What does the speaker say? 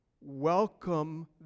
welcome